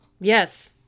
Yes